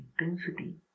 intensity